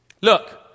Look